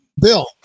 Bill